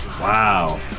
Wow